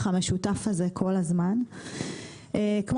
כמו שאמרתי בתחילת הדיון, המשרד,